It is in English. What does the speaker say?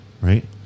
Right